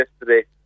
yesterday